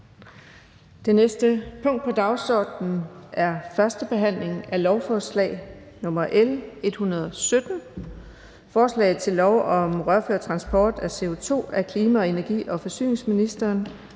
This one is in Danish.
Det næste punkt på dagsordenen er: 2) 1. behandling af lovforslag nr. L 117: Forslag til lov om rørført transport af CO2. Af klima-, energi- og forsyningsministeren